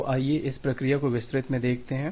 तो आइए इस प्रक्रिया को विस्तृत में देखते हैं